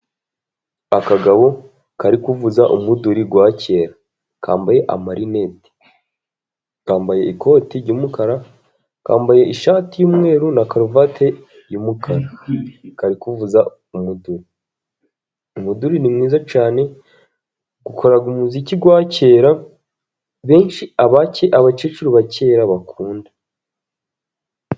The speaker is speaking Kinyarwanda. Akagabo kari kuvuza umuduri wa kera. Kambaye amarinete. Kambaye ikoti ry'umukara, kambaye ishati y'umweru, na karuvati yumukara. Kari kuvuza umuduri. Umuduri ni mwiza cyane, ukora umuziki wa kera, benshi abakecuru ba kera bakunda.